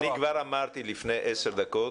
אני כבר אמרתי לפני 10 דקות